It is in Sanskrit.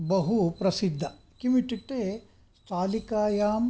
बहु प्रसिद्धा किम् इत्युक्ते स्थालिकायाम्